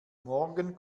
morgen